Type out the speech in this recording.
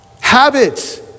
habits